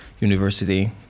university